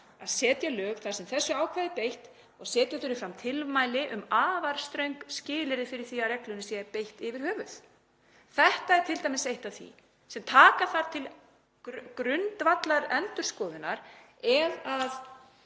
að setja lög þar sem þessu ákvæði er beitt og að setja þurfi fram tilmæli um afar ströng skilyrði fyrir því að reglunni sé beitt yfir höfuð. Þetta er t.d. eitt af því sem taka þarf til grundvallarendurskoðunar. Ef þau